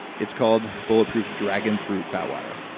it's called bulletproof dragon fruit fatwater.